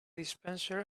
dispenser